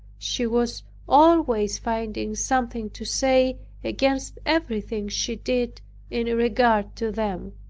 she was always finding something to say against everything she did in regard to them.